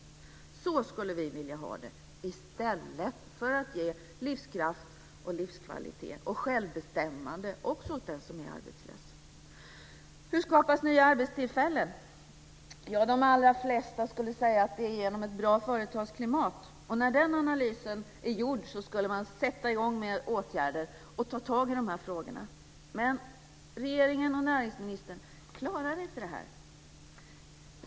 Så skulle vi vilja ha det för att kunna ge livskraft, livskvalitet och självbestämmande åt dem som är arbetslösa. Hur skapas nya arbetstillfällen? De allra flesta skulle säga att det sker genom ett bra företagsklimat. När den analysen är gjord ska man sätta i gång med åtgärder och ta tag i frågorna. Men regeringen och näringsministern klarar inte detta.